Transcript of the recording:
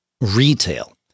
retail